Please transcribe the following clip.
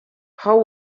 how